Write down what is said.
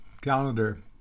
calendar